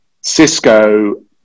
Cisco